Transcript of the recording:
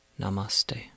Namaste